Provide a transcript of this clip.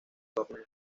torneo